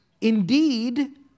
indeed